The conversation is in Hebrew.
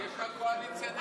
יש לך קואליציה נגד שירות נשים.